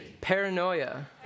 Paranoia